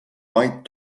mait